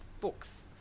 books